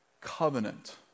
Covenant